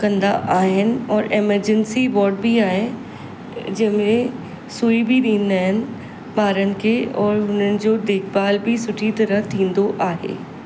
कंदा आहिनि और एमरजेंसी वॉड बि आहे जंहिंमे सुई बि ॾींदा आहिनि ॿारनि खे और हुननि जो देखभाल बि सुठी तरह थींदो आहे